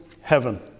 heaven